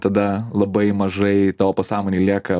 tada labai mažai tavo pasąmonėj lieka